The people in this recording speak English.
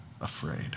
afraid